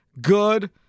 good